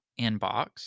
inbox